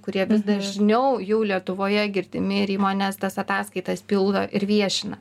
kurie vis dažniau jau lietuvoje girdimi ir įmonės tas ataskaitas pildo ir viešina